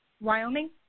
Wyoming